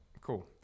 Cool